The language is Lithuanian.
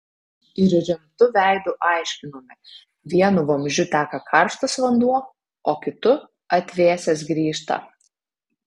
ir rimtu veidu aiškinome vienu vamzdžiu teka karštas vanduo o kitu atvėsęs grįžta